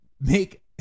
make